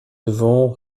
devons